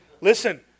Listen